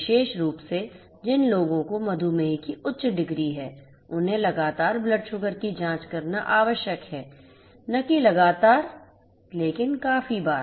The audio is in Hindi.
विशेष रूप से जिन लोगों को मधुमेह की उच्च डिग्री है उन्हें लगातार ब्लड शुगर की जांच करना आवश्यक है न कि लगातार लेकिन काफी बार